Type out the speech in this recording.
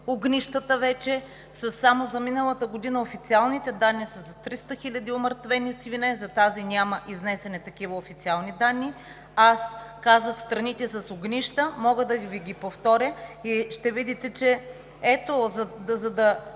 огнищата. Само за миналата година официалните данни са за 300 000 умъртвени свине, за тази няма изнесени такива официални данни. Аз казах страните с огнища, мога да Ви ги повторя. Ето, за да